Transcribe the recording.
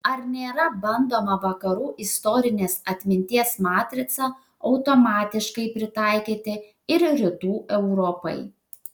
ar nėra bandoma vakarų istorinės atminties matricą automatiškai pritaikyti ir rytų europai